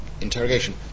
interrogation